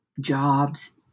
jobs